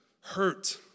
hurt